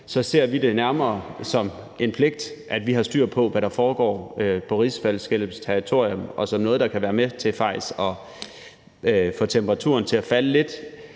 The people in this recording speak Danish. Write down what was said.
ser vi det nærmere som en pligt, at vi har styr på, hvad der foregå på rigsfællesskabets territorium, og som noget, der faktisk kan være med til at få temperaturen til at falde lidt.